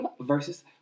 versus